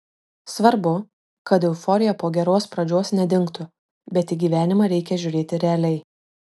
svarbu kad euforija po geros pradžios nedingtų bet į gyvenimą reikia žiūrėti realiai